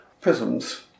prisms